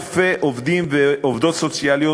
אלפי עובדים ועובדות סוציאליים,